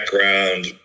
background